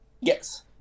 Yes